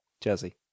Jesse